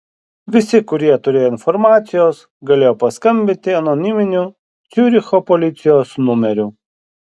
visi kurie turėjo informacijos galėjo paskambinti anoniminiu ciuricho policijos numeriu